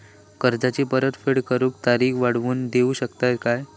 कर्जाची परत फेड करूक तारीख वाढवून देऊ शकतत काय?